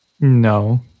No